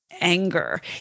anger